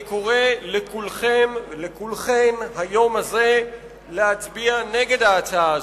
אני קורא לכולכם ולכולכן היום הזה להצביע נגד ההצעה הזאת,